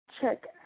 Check